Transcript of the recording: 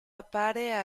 appare